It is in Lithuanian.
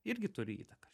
irgi turi įtaką